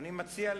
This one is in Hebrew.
אני מציע לך,